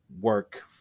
work